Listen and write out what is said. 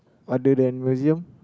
other than museum